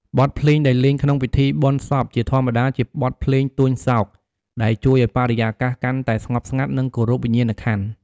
បទភ្លេងដែលលេងក្នុងពិធីបុណ្យសព ជាធម្មតាជាបទភ្លេងទួញសោក ដែលជួយឱ្យបរិយាកាសកាន់តែស្ងប់ស្ងាត់ និងគោរពវិញ្ញាណក្ខន្ធ។